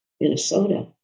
Minnesota